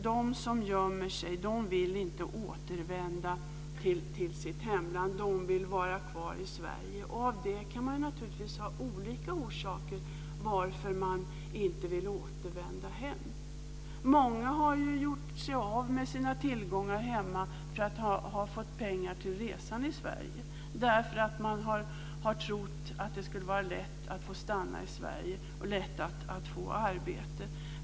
De som gömmer sig vill inte återvända till sitt hemland, utan de vill vara kvar i Sverige. Det kan naturligtvis finnas olika orsaker till att man inte vill återvända hem. Många har gjort sig av med sina tillgångar hemma för att få pengar till resan i Sverige därför att man har trott att det skulle vara lätt att få stanna i Sverige och lätt att få arbete.